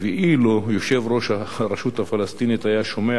יושב-ראש הרשות הפלסטינית היה שומע לדברי,